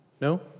No